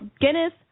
Guinness